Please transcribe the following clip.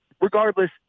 Regardless